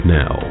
now